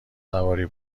سواری